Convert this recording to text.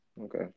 Okay